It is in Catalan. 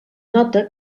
nota